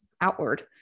outward